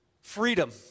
freedom